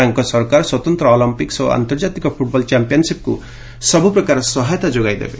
ତାଙ୍କ ସରକାର ସ୍ପତନ୍ତ୍ର ଅଲମ୍ପିକ୍ ଓ ଆନ୍ତର୍ଜାତିକ ଫୁଟ୍ବଲ୍ ଚମ୍ପିୟାନ୍ସିପ୍କୁ ସବୁପ୍ରକାର ସହାୟତା ଯୋଗାଇଦେବେ